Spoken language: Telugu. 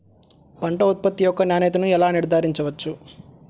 పంట ఉత్పత్తి యొక్క నాణ్యతను ఎలా నిర్ధారించవచ్చు?